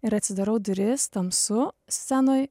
ir atsidarau duris tamsu scenoj